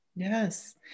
Yes